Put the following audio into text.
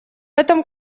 этом